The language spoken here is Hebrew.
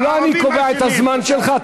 לא אני קובע את הזמן שלך,